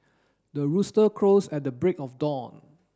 the rooster crows at the break of dawn